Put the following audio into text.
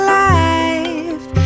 life